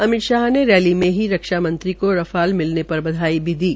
अमित शाह ने रैली मे ही रक्षा मंत्री को रफाल मिलने पर बधाई भी दी